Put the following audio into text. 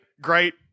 Great